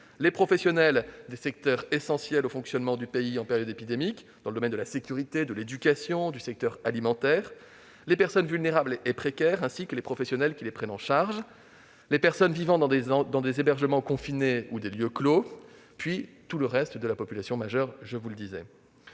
les professionnels des secteurs essentiels au fonctionnement du pays en période épidémique- la sécurité, l'éducation ou encore l'alimentation -, les personnes vulnérables et précaires, ainsi que les professionnels qui les prennent en charge, les personnes vivant dans des hébergements confinés ou des lieux clos, puis le reste de la population majeure. Pourquoi